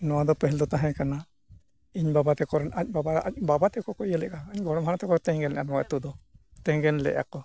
ᱱᱚᱣᱟ ᱫᱚ ᱯᱟᱹᱦᱤᱞ ᱫᱚ ᱛᱟᱦᱮᱸ ᱠᱟᱱᱟ ᱤᱧ ᱵᱟᱵᱟ ᱛᱟᱠᱚ ᱨᱮᱱ ᱟᱡ ᱵᱟᱵᱟ ᱟᱡ ᱵᱟᱵᱟ ᱛᱟᱠᱚ ᱠᱚ ᱤᱭᱟᱹ ᱞᱮᱫᱟ ᱤᱧ ᱜᱚᱲᱚᱢ ᱦᱟᱲᱟᱢ ᱛᱟᱠᱚ ᱛᱮᱜᱮᱱ ᱞᱮᱫᱟ ᱱᱚᱣᱟ ᱟᱹᱛᱩ ᱫᱚ ᱛᱮᱜᱮᱱ ᱞᱮᱜᱼᱟ ᱠᱚ